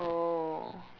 oh